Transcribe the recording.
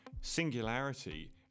Singularity